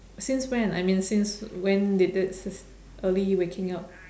since when I mean since when did this early waking up